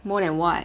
more than what